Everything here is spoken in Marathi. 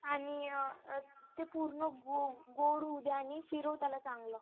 आणि ते पूर्ण गो गोड होऊ दे आणि फिरव त्याला चांगलं